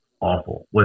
awful